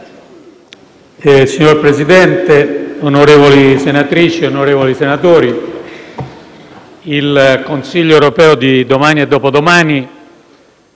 Signor Presidente del Senato, onorevoli senatrici e onorevoli senatori, il Consiglio europeo di domani e dopodomani